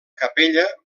capella